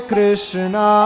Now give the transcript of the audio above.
Krishna